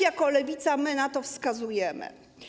Jako Lewica my też na to wskazujemy.